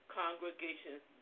congregations